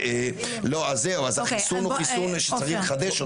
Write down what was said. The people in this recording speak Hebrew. לא, אז זהו, החיסון הוא חיסון שצריך לחדש אותו.